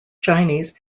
chinese